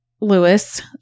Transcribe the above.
Lewis